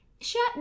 shut